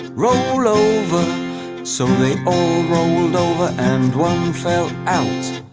roll over so they all rolled over and one fell out